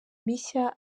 mishya